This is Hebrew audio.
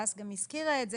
הדס גם הזכירה את זה.